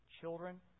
children